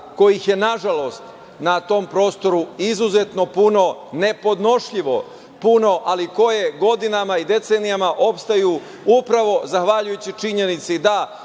kojih je nažalost na tom prostoru izuzetno puno, nepodnošljivo puno, ali koje godinama i decenijama opstaju upravo zahvaljujući činjenici da